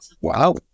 Wow